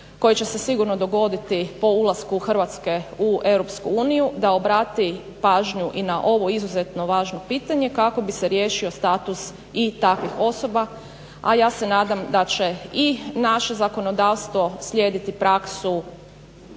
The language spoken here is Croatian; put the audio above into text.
koji će se sigurno dogoditi po ulasku Hrvatske u EU da obrati pažnju i na ovo izuzetno važno pitanje kako bi se riješio status i takvih osoba, a ja se nadam da će i naše zakonodavstvo slijediti praksu